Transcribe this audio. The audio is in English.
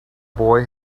boy